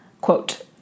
Quote